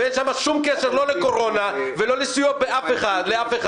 ואין שם שום קשר לא לקורונה ולא סיוע לאף אחד.